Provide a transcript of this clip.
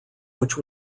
which